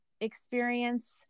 experience